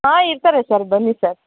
ಹಾಂ ಇರ್ತಾರೆ ಸರ್ ಬನ್ನಿ ಸರ್